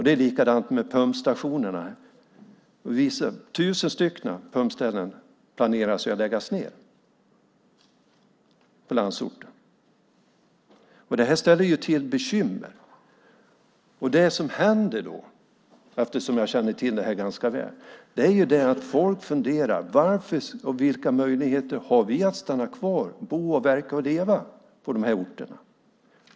Det är likadant med pumpstationerna; 1 000 pumpställen planerar man att lägga ned på landsorten. Detta ställer till bekymmer. Jag känner till ganska väl vad som händer. Folk börjar fundera på vilka möjligheter de har att stanna kvar, bo, verka och leva på dessa orter.